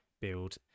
build